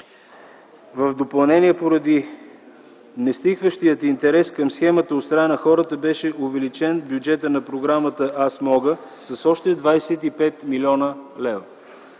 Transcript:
В допълнение, поради нестихващия интерес към схемата от страна на хората, беше увеличен бюджетът на програмата „Аз мога” с още 25 млн. лв.